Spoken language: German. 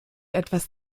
etwas